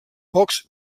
pocs